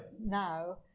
now